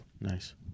Nice